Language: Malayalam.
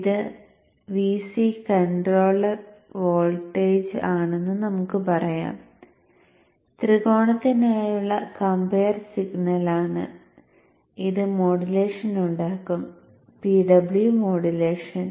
ഇത് Vc കൺട്രോൾ വോൾട്ടേജ് ആണെന്ന് നമുക്ക് പറയാം ത്രികോണത്തിനായുള്ള കംപയർ സിഗ്നലാണ് ഇത് മോഡുലേഷൻ ഉണ്ടാക്കും PW മോഡുലേഷൻ